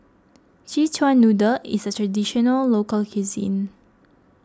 Szechuan Noodle is a Traditional Local Cuisine